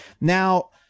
Now